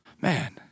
Man